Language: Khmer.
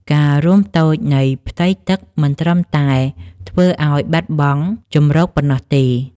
ការរួមតូចនៃផ្ទៃទឹកមិនត្រឹមតែធ្វើឱ្យត្រីបាត់បង់ជម្រកប៉ុណ្ណោះទេ។